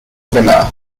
winner